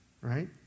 Right